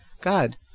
God